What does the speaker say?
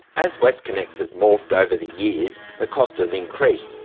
as westconnex has morphed over the years, the cost has increased,